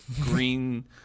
green